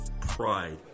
pride